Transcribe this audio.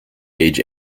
age